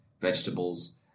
vegetables